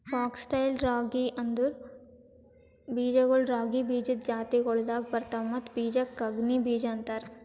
fox tail ರಾಗಿ ಅಂದುರ್ ಬೀಜಗೊಳ್ ರಾಗಿ ಬೀಜದ್ ಜಾತಿಗೊಳ್ದಾಗ್ ಬರ್ತವ್ ಮತ್ತ ಬೀಜಕ್ ಕಂಗ್ನಿ ಬೀಜ ಅಂತಾರ್